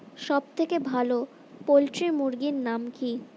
সবথেকে ভালো পোল্ট্রি মুরগির নাম কি?